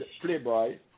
Playboy